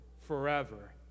forever